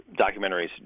documentaries